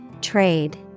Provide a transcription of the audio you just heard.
Trade